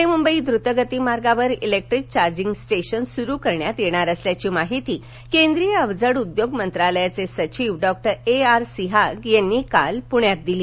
पुणे मुंबई द्रतगति मार्गावर electric charging station सूरु करण्यात येणार असल्याची माहिती केंद्रीय अवजड उद्योग मंत्रालयाचे सचिव डॉ ए आर सिहाग यांनी काल पुण्यात दिली